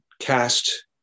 cast